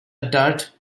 dirt